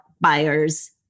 buyers